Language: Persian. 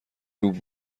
روی